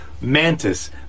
Mantis